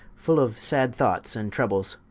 full of sad thoughts and troubles